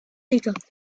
dégâts